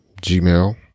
Gmail